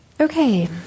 Okay